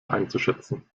einzuschätzen